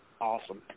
Awesome